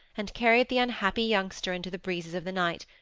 and carried the unhappy youngster into the breezes of the night,